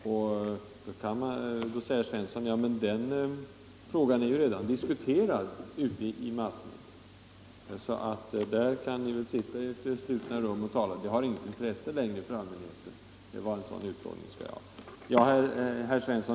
Då säger herr Svensson att den frågan redan är diskuterad i massmedierna. Vi kan sitta i vårt slutna rum och tala, för det har inget intresse längre för allmänheten.